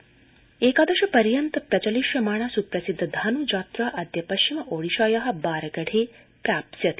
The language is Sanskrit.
ओडिशा एकादश पर्यन्त प्रचलिष्यमाणा सुप्रसिद्ध धानु जात्रा अद्य पश्चिम ओडिशाया बारगढे प्रारप्स्यति